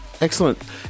Excellent